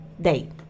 date